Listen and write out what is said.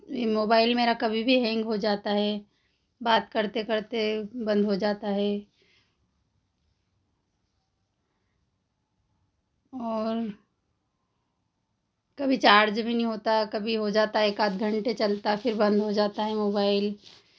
mobile मेरा कभी भी हैंग हो जाता है बात करते करते बंद हो जाता है और कभी चार्ज भी नहीं होता कभी हो जाता है एक आधे घंटे चलता फिर बंद हो जाता है मोबाइल